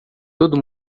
todo